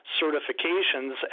certifications